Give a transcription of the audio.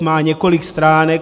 Má několik stránek.